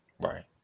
Right